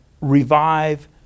revive